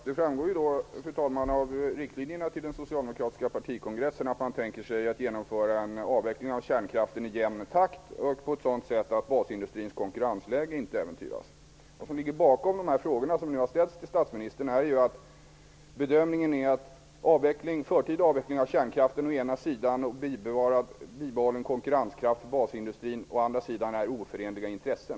Fru talman! Det framgår av riktlinjerna till den socialdemokratiska partikongressen att man tänker sig att genomföra en avveckling av kärnkraften i jämn takt och på ett sådant sätt att basindustrins konkurrensläge inte äventyras. Det som ligger bakom de frågor som nu har ställts till statsministern är bedömningen att förtida avveckling av kärnkraften och bibehållen konkurrenskraft i basindustrin är oförenliga intressen.